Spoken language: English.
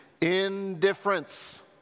indifference